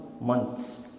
months